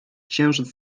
księżyc